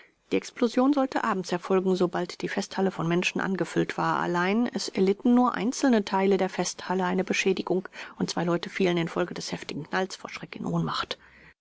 die explosion sollte abends erfolgen sobald die festhalle von menschen angefüllt war allein es erlitten nur einzelne teile der festhalle eine beschädigung und zwei leute fielen infolge des heftigen knalls vor schreck in ohnmacht